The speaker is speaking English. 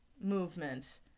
movement